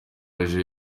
aje